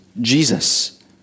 Jesus